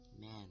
Man